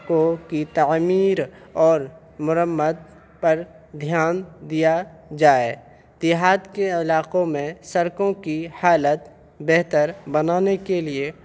کو کی تعمیر اور مرمت پر دھیان دیا جائے دیہات کے علاقوں میں سڑکوں کی حالت بہتر بنانے کے لیے